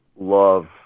love